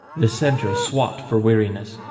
the centre swat for weariness,